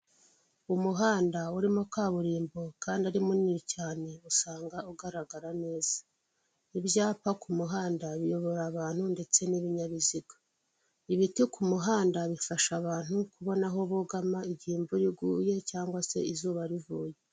Umuhanda urimo kaburimbo kandi ari munini cyane, usanga ugaragara neza. Ibyapa ku ku muhanda biyobora abantu ndetse n'ibinyabiziga. Ibiti ku muhanda bifasha abantu kubona aho bogama igihe imvura iguye, cyangwa se izuba rivuye.